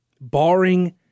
barring